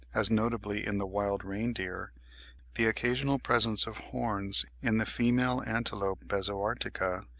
as notably in the wild reindeer the occasional presence of horns in the female antilope bezoartica,